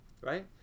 Right